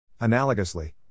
Analogously